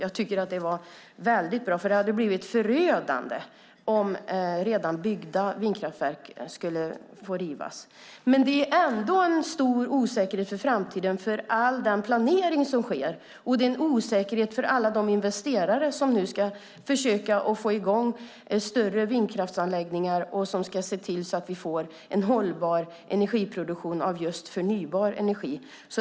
Det var väldigt bra, för det hade blivit förödande om redan byggda vindkraftverk skulle rivas. Men det är ändå en stor osäkerhet för framtiden för hela den planering som sker, och det är en osäkerhet för alla de investerare som nu ska försöka få i gång större vindkraftsanläggningar och se till att vi får en hållbar energiproduktion av just förnybar energi.